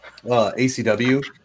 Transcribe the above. ACW